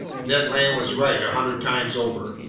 ned land was right a hundred times over.